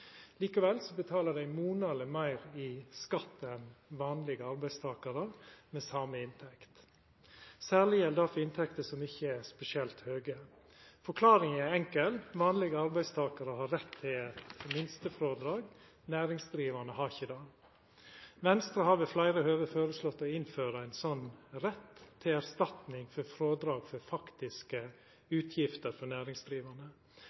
Likevel betaler dei monaleg meir i skatt enn vanlege arbeidstakarar med same inntekt. Særleg gjeld det for inntekter som ikkje er spesielt høge. Forklaringa er enkel: Vanlege arbeidstakarar har rett til minstefrådrag, næringsdrivande har ikkje det. Venstre har ved fleire høve føreslått å innføra ein rett til erstatning for frådrag for faktiske utgifter for næringsdrivande.